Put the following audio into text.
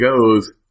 goes